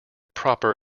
proper